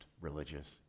religious